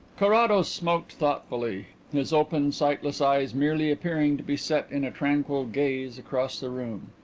carrados smoked thoughtfully, his open, sightless eyes merely appearing to be set in a tranquil gaze across the room.